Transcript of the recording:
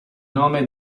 nome